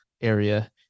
area